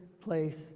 place